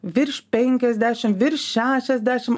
virš penkiasdešim virš šešiasdešim